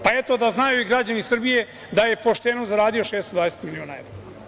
Pa, eto, da znaju i građani Srbije da je pošteno zaradio 620 miliona evra.